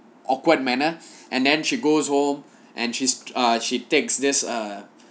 awkward manner and then she goes home and she's ah she takes this err